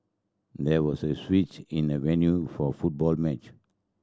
there was a switch in the venue for football match